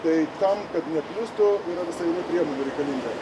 tai tam kad neplistų yra visa eilė priemonių reikalinga